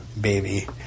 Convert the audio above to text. Baby